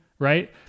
Right